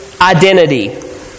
identity